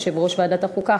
יושב-ראש ועדת החוקה,